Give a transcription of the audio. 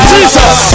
Jesus